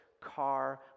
car